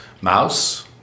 mouse